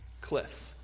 Cliff